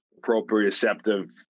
proprioceptive